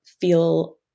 feel